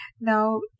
Now